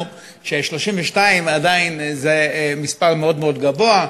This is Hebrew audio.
ש-32 זה עדיין מספר מאוד מאוד גדול.